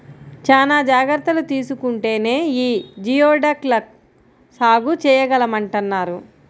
చానా జాగర్తలు తీసుకుంటేనే యీ జియోడక్ ల సాగు చేయగలమంటన్నారు